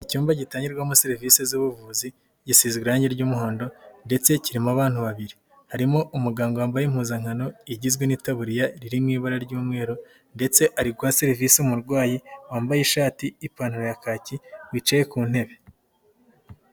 Icyumba gitangirwamo serivisi z'ubuvuzi, gisize irangi ry'umuhondo ndetse kirimo abantu babiri, harimo umuganga wambaye impuzankano igizwe n'itaburiya riri mu iburara ry'umweru ndetse ari guha serivisi umurwayi wambaye ishati, ipantaro ya kaki, wicaye ku ntebe.